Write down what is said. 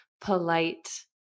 polite